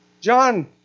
John